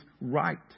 right